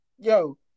Yo